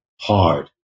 hard